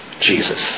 Jesus